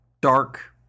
dark